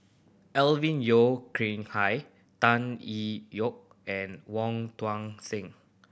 Alvin Yeo Khrin Hai Tan Yee Yoke and Wong Tuang Seng